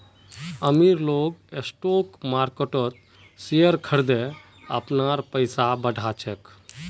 अमीर लोग स्टॉक मार्किटत शेयर खरिदे अपनार पैसा बढ़ा छेक